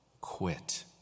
quit